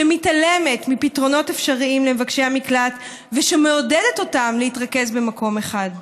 שמתעלמת מפתרונות אפשריים למבקשי המקלט ושמעודדת אותם להתרכז במקום אחד.